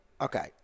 Okay